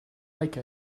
like